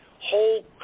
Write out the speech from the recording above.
whole